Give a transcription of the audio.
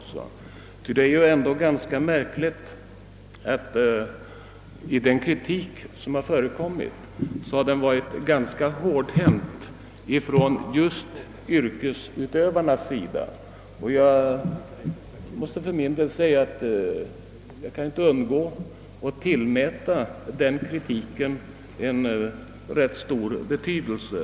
Ty det är ändå ganska märkligt att kritiken ju från yrkesutövarna själva har varit så hård, och jag kan inte underlåta att tillmäta den kritiken ganska stor betydelse.